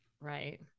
right